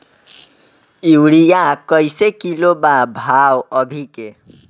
Urea कइसे kilo बा भाव अभी के?